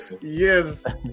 Yes